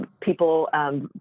people